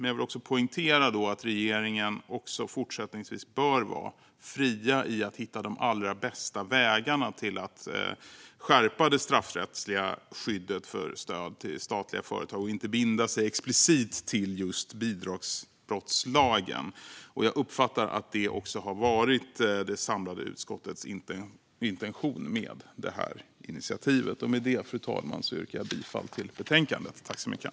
Jag vill dock poängtera att regeringen också fortsättningsvis bör vara fri i att hitta de bästa vägarna för att skärpa det straffrättsliga skyddet för stöd till statliga företag och inte binda sig explicit till just bidragsbrottslagen. Jag uppfattar att det också har varit det samlade utskottets intention med initiativet. Fru talman! Jag yrkar bifall till utskottets förslag.